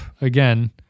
again